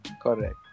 Correct